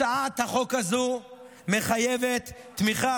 הצעת החוק הזו מחייבת תמיכה,